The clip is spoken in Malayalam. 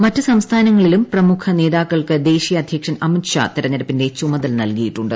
മറ്റ് സംസ്ഥാനങ്ങളിലും പ്രമുഖ നേതാക്കൾക്ക് ദേശീയ അധ്യക്ഷൻ അമിത് ഷാ തെരഞ്ഞെടുപ്പിന്റെ ചുമതല നൽകിയിട്ടുണ്ട്